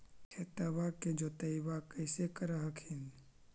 खेतबा के जोतय्बा कैसे कर हखिन?